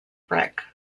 brick